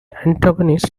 antagonists